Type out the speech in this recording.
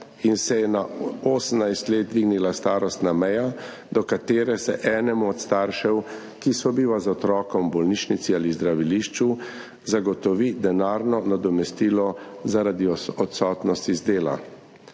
in se je na 18 let dvignila starostna meja, do katere se enemu od staršev, ki sobiva z otrokom v bolnišnici ali zdravilišču, zagotovi denarno nadomestilo zaradi odsotnosti z dela.